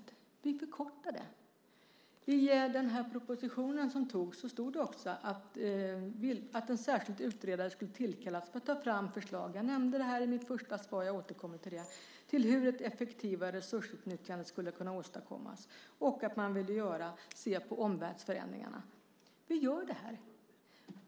Vi förkortar det. I den proposition som riksdagen fattade beslut om stod att en särskild utredare skulle tillkallas för att ta fram förslag - jag nämnde det i mitt svar, och jag återkommer till det - till hur ett effektivare resursutnyttjande skulle kunna åstadkommas och att man ville se på omvärldsförändringarna. Vi gör det här.